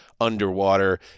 underwater